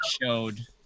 showed